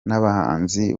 n’abahanzi